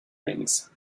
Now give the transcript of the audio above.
rings